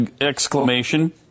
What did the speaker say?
exclamation